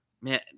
man